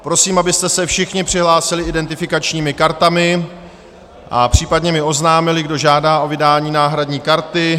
Prosím, abyste se všichni přihlásili identifikačními kartami a případně mi oznámili, kdo žádá o vydání náhradní karty.